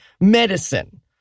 medicine